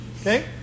okay